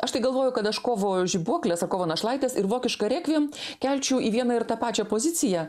aš tai galvoju kad aš kovo žibuokles ar kovo našlaites ir vokišką rekviem kelčiau į vieną ir tą pačią poziciją